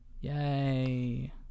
Yay